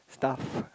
stuff